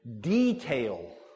detail